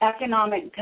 economic